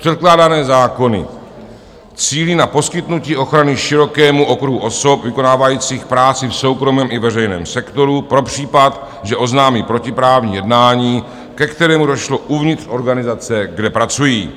Předkládané zákony cílí na poskytnutí ochrany širokému okruhu osob vykonávajících práci v soukromém i veřejném sektoru pro případ, že oznámí protiprávní jednání, ke kterému došlo uvnitř organizace, kde pracují.